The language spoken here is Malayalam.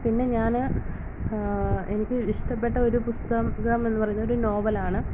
പിന്നെ ഞാൻ എനിക്ക് ഇഷ്ടപ്പെട്ട ഒരു പുസ്തകം ഗാം എന്ന് പറയുന്നതൊരു നോവലാണ്